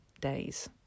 days